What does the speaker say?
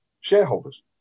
shareholders